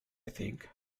think